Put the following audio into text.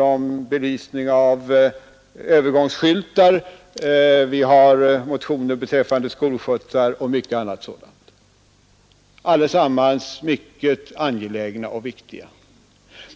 och belysning av övergångsskyltar, vi har motioner beträffande skolskjutsar och mycket annat — allesamman ytterst angelägna och viktiga frågor.